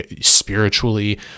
spiritually